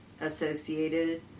associated